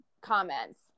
comments